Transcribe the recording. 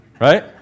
Right